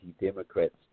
Democrats